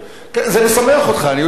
זה משמח אותך, אני יודע.